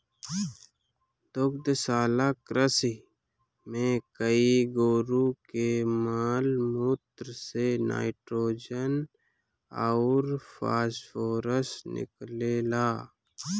दुग्धशाला कृषि में गाई गोरु के माल मूत्र से नाइट्रोजन अउर फॉस्फोरस निकलेला